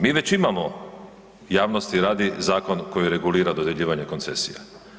Mi već imamo javnost radi, zakon koji regulira dodjeljivanje koncesija.